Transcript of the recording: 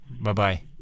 Bye-bye